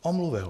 Omluvil.